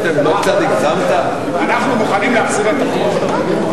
רותם, קצת הגזמת, אנחנו מוכנים להחזיר את הכול?